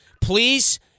please